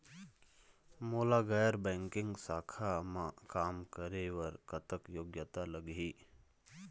मोला गैर बैंकिंग शाखा मा काम करे बर कतक योग्यता लगही?